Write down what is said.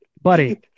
Buddy